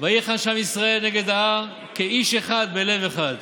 "ויחן שם ישראל נגד ההר" כאיש אחד בלב אחד.